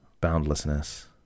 boundlessness